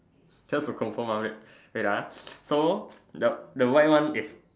just to confirm ah wait wait ah so the the white one is